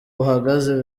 buhagaze